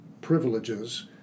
privileges